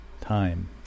Time